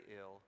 ill